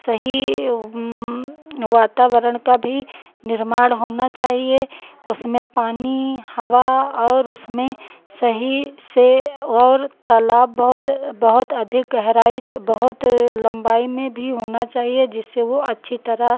सही वातावरण का भी निर्माण होना चाहिए उसमें पानी हवा और उसमें सही से और तलाब बहुत बहुत अधिक गहराई बहुत लम्बाई में भी होना चाहिए जिससे वो अच्छी तरह